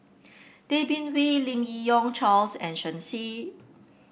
Tay Bin Wee Lim Yi Yong Charles and Shen Xi